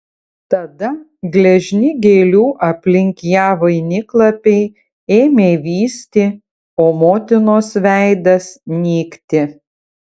tada gležni gėlių aplink ją vainiklapiai ėmė vysti o motinos veidas nykti